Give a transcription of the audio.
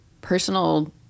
personal